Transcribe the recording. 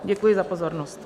Děkuji za pozornost.